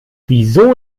wieso